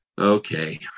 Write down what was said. okay